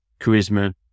charisma